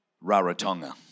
Rarotonga